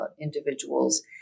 individuals